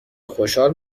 خوشحال